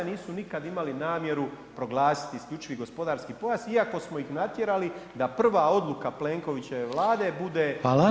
Nisu nikada imali namjeru proglasiti isključivi gospodarski pojas iako smo ih natjerali da prva odluka Plenkovićeve Vlade bude znači da se